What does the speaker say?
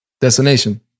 Destination